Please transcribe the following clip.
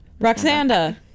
Roxanda